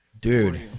Dude